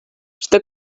что